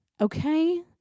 okay